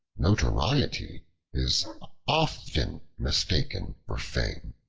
notoriety is often mistaken for fame.